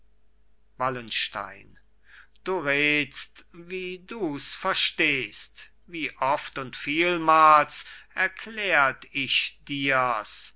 wallenstein du redst wie dus verstehst wie oft und vielmals erklärt ich dirs